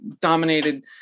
dominated